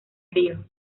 frío